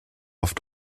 oft